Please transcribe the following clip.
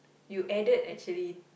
you added actually